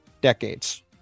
decades